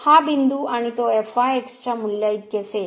हा बिंदू आणि तो च्या मूल्याइतकी असेल